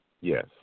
Yes